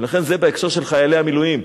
ולכן זה בהקשר של חיילי המילואים: